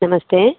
नमस्ते